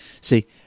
see